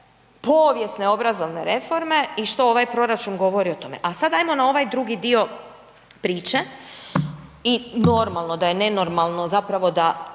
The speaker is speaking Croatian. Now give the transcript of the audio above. povijesne obrazovne reforme i što ovaj proračun govori o tome. A sad ajmo na ovaj drugi dio priče i normalno da je nenormalno zapravo da